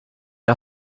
are